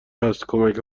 هست، کمک